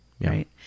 right